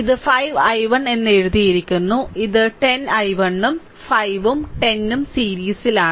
ഇത് 5 i1 എന്ന് എഴുതിയിരിക്കുന്നു ഇത് 10 i1 ഉം 5 ഉം 10 ഉം സീരീസിലാണ്